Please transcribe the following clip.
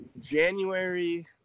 January